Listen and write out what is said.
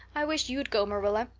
i wish you'd go, marilla.